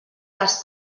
les